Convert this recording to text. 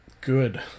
good